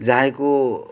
ᱡᱟᱦᱟᱭ ᱠᱩ